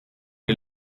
che